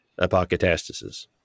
Apocatastasis